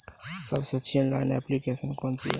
सबसे अच्छी online application कौन सी है?